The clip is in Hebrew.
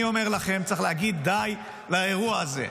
אני אומר לכם, צריך להגיד די לאירוע הזה.